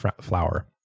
flour